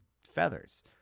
feathers